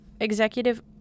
Executive